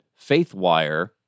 Faithwire